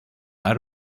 out